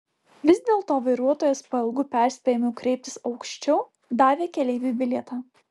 vis dėlto vairuotojas po ilgų perspėjimų kreiptis aukščiau davė keleiviui bilietą